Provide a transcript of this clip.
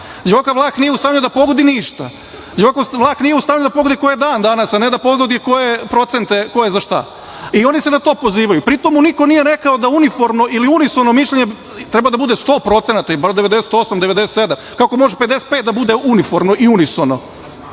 Vlah. Đoka Vlah nije u stanju da pogodi ništa. Đoka Vlah nije u stanju da pogodi koji je dan danas, a ne da pogodi koje procente, ko je za šta i oni se na to pozivaju. Pritom mu niko nije rekao da uniformno ili unisono mišljenje treba da bude 100% i bar 98%, 97%. Kako može 55% da bude uniformno i unisono?